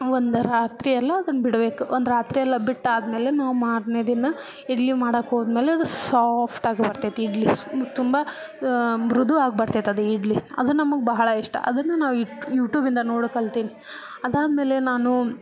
ಒಂದು ರಾತ್ರಿಯೆಲ್ಲ ಅದನ್ನು ಬಿಡಬೇಕು ಒಂದು ರಾತ್ರಿಯೆಲ್ಲ ಬಿಟ್ಟಾದ್ಮೇಲೆ ನಾವು ಮಾರನೇ ದಿನ ಇಡ್ಲಿ ಮಾಡೋಕೆ ಹೋದ್ಮೇಲೆ ಅದು ಸಾಫ್ಟಾಗಿ ಬರ್ತೈತಿ ಇಡ್ಲಿ ಸುಂಬ ತುಂಬ ಮೃದುವಾಗಿ ಬರ್ತೈತಿ ಅದು ಇಡ್ಲಿ ಅದು ನಮಗೆ ಬಹಳ ಇಷ್ಟ ಅದನ್ನು ನಾವು ಯೂಟೂಬಿಂದ ನೋಡಿ ಕಲ್ತೀನಿ ಅದಾದ್ಮೇಲೆ ನಾನು